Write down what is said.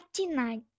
night